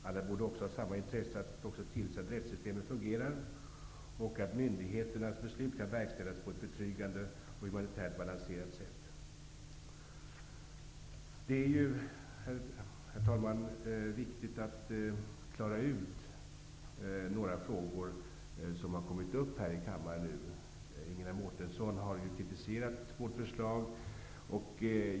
Alla borde också ha samma intressen att också tillse att rättssystemet fungerar och att myndigheternas beslut kan verkställas på ett betryggande och humanitärt balanserat sätt. Herr talman! Det är viktigt att klara ut några frågor som har kommit upp här i kammaren nu. Ingela Mårtensson har ju kritiserat vårt förslag.